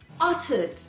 uttered